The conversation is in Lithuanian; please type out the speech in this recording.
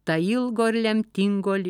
tą ilgo ir lemtingo li